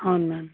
అవును మ్యామ్